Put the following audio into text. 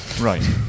Right